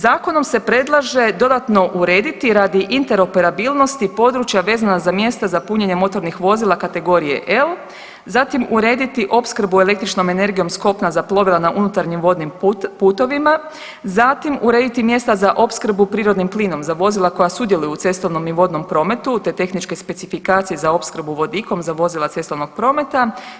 Zakon se predlaže dodatno urediti radi interoperabilnosti područja vezana za mjesta za punjenje motornih vozila kategorije L, zatim urediti opskrbu električnom energijom s kopna za plovila na unutarnjim vodnim putovima, zatim urediti mjesta za opskrbu prirodnim plinom za vozila koja sudjeluju u cestovnom i vodnom prometu te tehničke specifikacije za opskrbu vodikom za vozila cestovnog prometa.